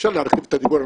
אפשר להרחיב את הדיבור,